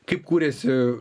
kaip kūrėsi